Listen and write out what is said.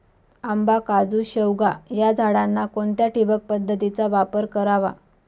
आंबा, काजू, शेवगा या झाडांना कोणत्या ठिबक पद्धतीचा वापर करावा?